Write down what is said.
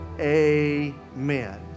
amen